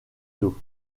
dos